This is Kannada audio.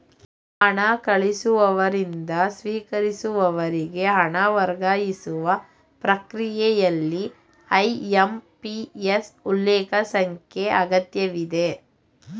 ಹಣ ಕಳಿಸುವವರಿಂದ ಸ್ವೀಕರಿಸುವವರಿಗೆ ಹಣ ವರ್ಗಾಯಿಸುವ ಪ್ರಕ್ರಿಯೆಯಲ್ಲಿ ಐ.ಎಂ.ಪಿ.ಎಸ್ ಉಲ್ಲೇಖ ಸಂಖ್ಯೆ ಅಗತ್ಯವಿದೆ